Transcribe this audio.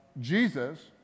Jesus